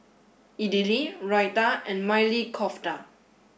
Idili Raita and Maili Kofta